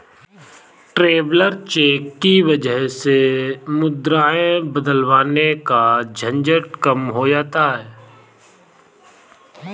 traveller cheque की वजह से मुद्राएं बदलवाने का झंझट कम हो जाता है